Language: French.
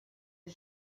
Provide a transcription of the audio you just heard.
est